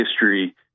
history